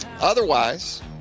Otherwise